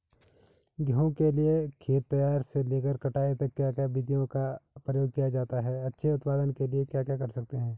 गेहूँ के लिए खेत तैयार से लेकर कटाई तक क्या क्या विधियों का प्रयोग किया जाता है अच्छे उत्पादन के लिए क्या कर सकते हैं?